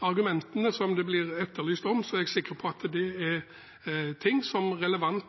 argumentene for det som blir etterlyst, er jeg sikker på at det er relevante ting som